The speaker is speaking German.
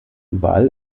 überall